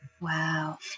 Wow